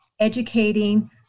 educating